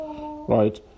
Right